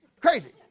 crazy